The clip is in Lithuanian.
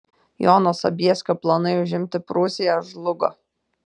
jono sobieskio planai užimti prūsiją žlugo